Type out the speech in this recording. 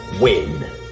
win